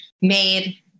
made